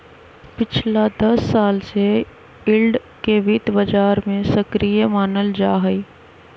पिछला दस साल से यील्ड के वित्त बाजार में सक्रिय मानल जाहई